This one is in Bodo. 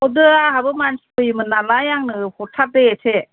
हरदो आंहाबो मानसि फैयोमोन नालाय आंनो हरथादो एसे